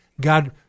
God